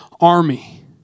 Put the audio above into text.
army